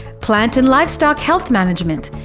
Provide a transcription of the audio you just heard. plant and livestock health management,